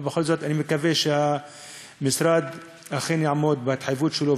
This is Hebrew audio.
אבל בכל זאת אני מקווה שהמשרד אכן יעמוד בהתחייבות שלו,